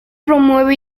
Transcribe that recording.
promueve